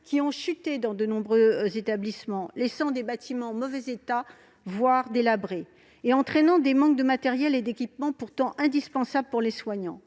ont chuté dans de nombreux établissements, laissant des bâtiments en mauvais état, voire délabrés, et entraînant des manques de matériels et d'équipements pourtant indispensables pour les soignants.